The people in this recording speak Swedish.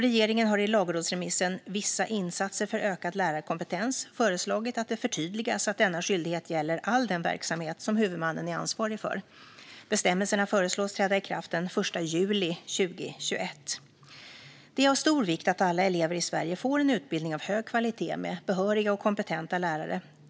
Regeringen har i lagrådsremissen Vissa insatser för ökad lärarkompetens föreslagit att det förtydligas att denna skyldighet gäller all den verksamhet som huvudmannen är ansvarig för. Bestämmelserna föreslås träda i kraft den 1 juli 2021. Det är av stor vikt att alla elever i Sverige får en utbildning av hög kvalitet med behöriga och kompetenta lärare.